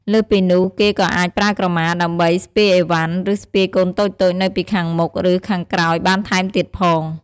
លើសពីនោះ គេក៏អាចប្រើក្រមា ដើម្បីស្ពាយឥវ៉ាន់ ឬ ស្ពាយកូនតូចៗនៅពីខាងមុខ ឬ ខាងក្រោយបានថែមទៀតផង។